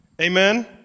Amen